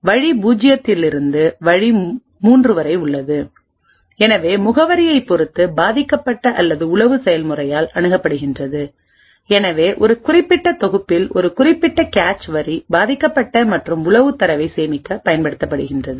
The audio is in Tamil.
வழி பூஜ்ஜியத்தில் இருந்து வழி 3 வரை உள்ளது எனவே முகவரியைப் பொறுத்து பாதிக்கப்பட்ட அல்லது உளவு செயல்முறையால் அணுகப்படுகிறது எனவே ஒரு குறிப்பிட்ட தொகுப்பில் ஒரு குறிப்பிட்ட கேச் வரி பாதிக்கப்பட்ட மற்றும் உளவு தரவை சேமிக்க பயன்படுத்தப்படுகிறது